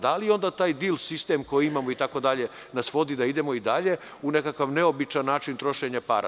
Da li onda taj dil sistem koji imamo nas vodi da idemo i dalje u nekakav neobičan način trošenja para?